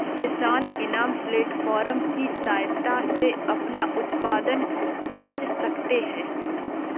किसान इनाम प्लेटफार्म की सहायता से अपना उत्पाद बेच सकते है